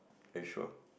are you sure